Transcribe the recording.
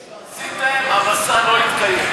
שעשיתם, המסע לא התקיים.